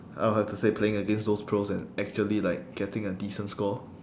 I would have to say playing against those pros and actually like getting a decent score